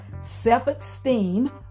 self-esteem